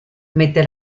mette